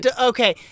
Okay